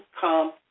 come